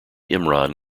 imran